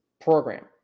program